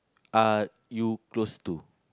are you close to